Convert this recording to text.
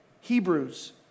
Hebrews